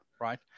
right